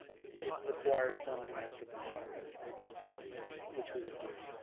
it requires some master planning of the utilities, so which we would do.